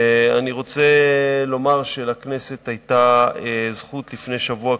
אני רוצה לומר שלכנסת היתה זכות לפני שבוע,